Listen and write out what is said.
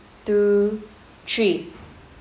two three